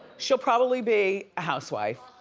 she'll probably be a housewife.